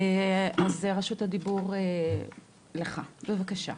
אז רשות הדיבור לך, בבקשה.